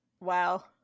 Wow